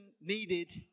needed